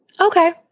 Okay